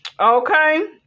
Okay